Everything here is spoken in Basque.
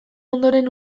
ondoren